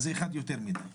זה אחד יותר מידי,